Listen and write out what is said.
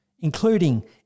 including